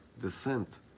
descent